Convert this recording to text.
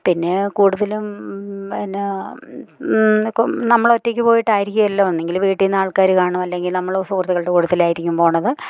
പിന്നെ കൂടുതലും എന്നാ നമ്മൾ ഒറ്റയ്ക്ക് പോയിട്ടായിരിക്കുമല്ലോ ഒന്നെങ്കില് വീട്ടിൽ നിന്ന് ആൾക്കാര് കാണും അല്ലെങ്കിൽ നമ്മള് സുഹൃത്തക്കളുടെ കൂടത്തിലായിരിക്കും പോകുന്നത്